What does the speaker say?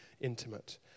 intimate